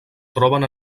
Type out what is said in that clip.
troben